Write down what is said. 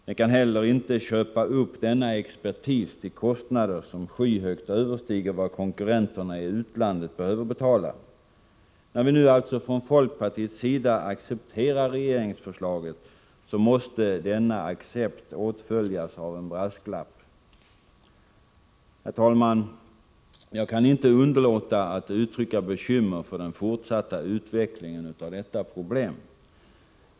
Den kan inte heller köpa upp denna expertis till kostnader som skyhögt överstiger vad konkurrenterna i utlandet behöver betala. När vi nu alltså från folkpartiets sida accepterar regeringsförslaget måste denna accept åtföljas av en brasklapp. Herr talman! Jag kan inte underlåta att uttrycka bekymmer för den fortsatta utvecklingen av detta problem.